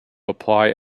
apply